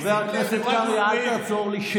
חבר הכנסת קרעי, אל תעזור לי.